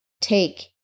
take